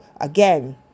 again